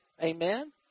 Amen